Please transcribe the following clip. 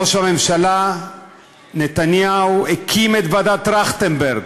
ראש הממשלה נתניהו הקים את ועדת טרכטנברג,